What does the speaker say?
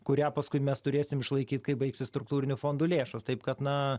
kurią paskui mes turėsim išlaikyt kai baigsis struktūrinių fondų lėšos taip kad na